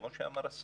כמו שאמר השר,